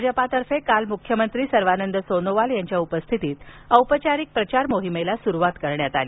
भाजपातर्फे काल मुख्यमंत्री सर्वानंद सोनोवाल यांच्या उपस्थितीत औपचारिक प्रचार मोहिमेला सुरुवात करण्यात आली